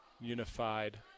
unified